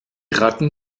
ratten